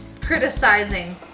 criticizing